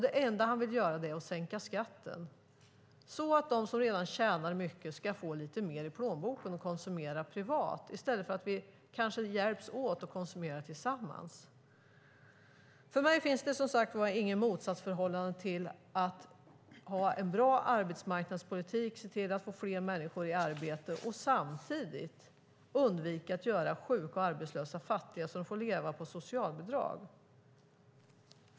Det enda han vill göra är att sänka skatten så att de som redan tjänar mycket ska få lite mer i plånboken att konsumera privat i stället för att hjälpas åt att konsumera tillsammans. För mig finns inget motsatsförhållande till att ha en bra arbetsmarknadspolitik, se till att få fler människor i arbete och samtidigt undvika att göra sjuka och arbetslösa fattiga så att de får leva på socialbidrag.